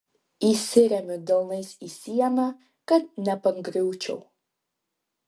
įsiremiu delnais į sieną kad nepargriūčiau